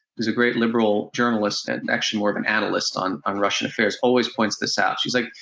who's a great liberal journalist, and actually more of an analyst, on on russian affairs, always points this out. she's like,